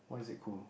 why is it cool